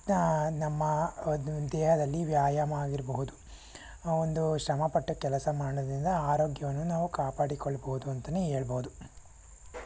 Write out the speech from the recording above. ನಮ್ಮ ದೇಹದಲ್ಲಿ ವ್ಯಾಯಾಮ ಆಗಿರಬಹುದು ಒಂದು ಶ್ರಮಪಟ್ಟು ಕೆಲಸ ಮಾಡೋದ್ರಿಂದ ಆರೋಗ್ಯವನ್ನು ನಾವು ಕಾಪಾಡಿಕೊಳ್ಬೋದು ಅಂತಲೇ ಏಳ್ಬೊದು